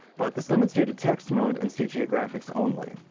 but this limits you to text-mode and cga graphics only.